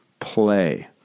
play